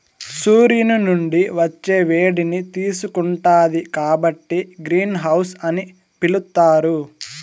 సూర్యుని నుండి వచ్చే వేడిని తీసుకుంటాది కాబట్టి గ్రీన్ హౌస్ అని పిలుత్తారు